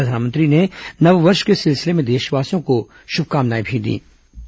प्रधानमंत्री ने नववर्ष के सिलसिले में देशवासियों को शुभकामनाएं भी दीं